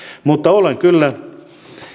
mutta olen kyllä